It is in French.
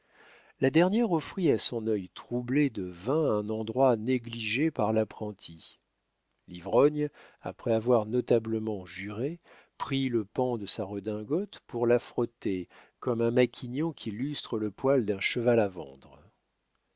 la dernière offrit à son œil troublé de vin un endroit négligé par l'apprenti l'ivrogne après avoir notablement juré prit le pan de sa redingote pour la frotter comme un maquignon qui lustre le poil d'un cheval à vendre